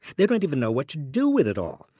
they don't even know what to do with it all.